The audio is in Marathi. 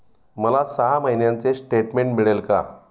मला सहा महिन्यांचे स्टेटमेंट मिळेल का?